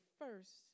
first